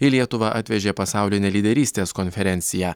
į lietuvą atvežė pasaulinę lyderystės konferenciją